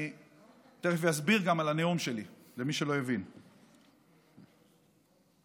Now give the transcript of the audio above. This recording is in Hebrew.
תכף אסביר גם למי שלא הבין על הנאום שלי.